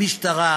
משטרה,